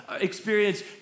experience